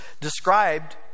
described